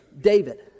David